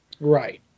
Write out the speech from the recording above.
Right